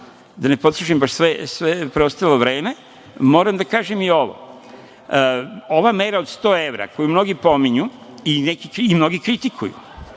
da ne potrošim baš sve vreme, moram da kažem i da ova mera od 100 evra, koju mnogi pominju i mnogi kritikuju,